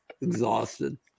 exhausted